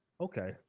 okay